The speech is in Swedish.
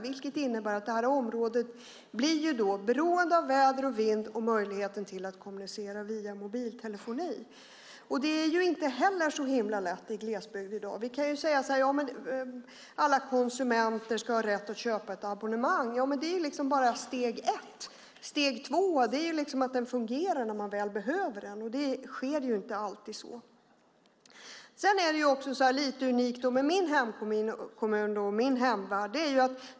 Det innebär att det området blir beroende av väder och vind och möjligheten att kommunicera via mobiltelefoni. Det är inte heller så lätt i glesbygd i dag. Vi kan säga att alla konsumenter ska ha rätt att köpa ett abonnemang. Men det är bara steg ett. Steg två är att det fungerar när man behöver det. Det är inte alltid så. Det är lite unikt med min hemkommun och hemvärld.